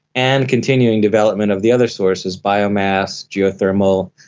and continuing development of the other sources, biomass, geothermal,